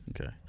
Okay